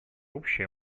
общее